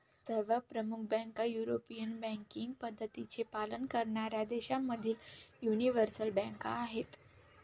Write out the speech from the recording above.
सर्व प्रमुख बँका युरोपियन बँकिंग पद्धतींचे पालन करणाऱ्या देशांमधील यूनिवर्सल बँका आहेत